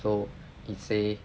so he say